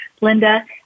Linda